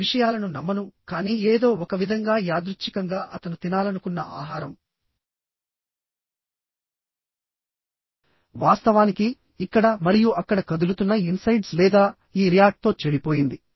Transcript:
ఈ విషయాలను నమ్మను కానీ ఏదో ఒకవిధంగా యాదృచ్చికంగా అతను తినాలనుకున్న ఆహారం వాస్తవానికి ఇక్కడ మరియు అక్కడ కదులుతున్న ఇన్సైడ్స్ లేదా ఈ ర్యాట్ తో చెడిపోయింది